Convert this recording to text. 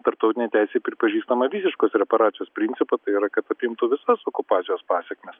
tarptautinėj teisėj pripažįstamą visiškos reparacijos principą tai yra kad apimtų visas okupacijos pasekmes